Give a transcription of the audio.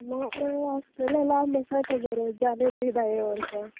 माड आसतले लांब आसा तें बरें जाले नी धाये वर्सां